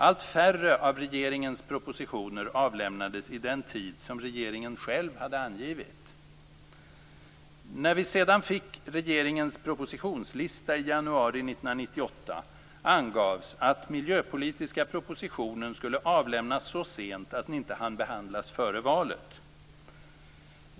Allt färre av regeringens propositioner avlämnades i den tid som regeringen själv hade angivit. När vi sedan fick regeringens propositionslista i januari 1998 angavs att den miljöpolitiska propositionen skulle avlämnas så sent att den inte skulle hinna behandlas före valet.